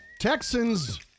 Texans